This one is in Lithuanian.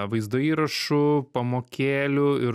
vaizdo įrašu pamokėlių ir